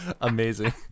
Amazing